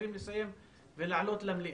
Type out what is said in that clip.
חייבים לסיים ולעלות למליאה.